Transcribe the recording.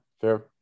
fair